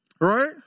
Right